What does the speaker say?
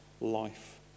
life